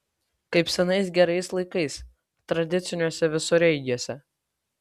kaip senais gerais laikais tradiciniuose visureigiuose